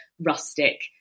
rustic